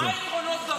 מה היתרונות בדרכון?